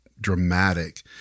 dramatic